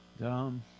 Dumb